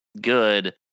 good